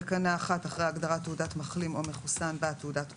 בתקנה 1 אחרי ההגדרה "תעודת מחלים או מחוסן" בא: "תעודת קורונה"